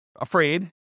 afraid